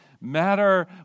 matter